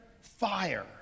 fire